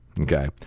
Okay